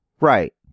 Right